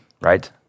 right